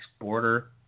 border